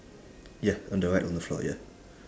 ya on the right on the floor ya